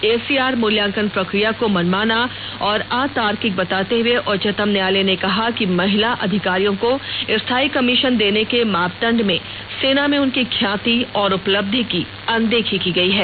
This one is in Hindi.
एसीआर मुल्यांकन प्रक्रिया को मनमाना और अतार्किक बताते हुए उच्चतम न्यायालय ने कहा कि महिला अधिकारियों को स्थायी कमीशन देने के मापदंड में सेना में उनकी ख्याति और उपलब्धि की अनदेखी की गई है